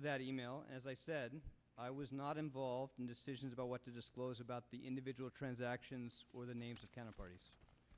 that e mail as i said i was not involved in decisions about what to disclose about the individual transactions or the names of kind of